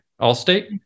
Allstate